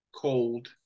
Cold